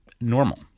normal